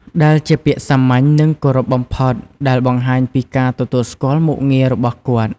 ដែលជាពាក្យ សាមញ្ញ និង គោរពបំផុត ដែលបង្ហាញពីការទទួលស្គាល់មុខងាររបស់គាត់។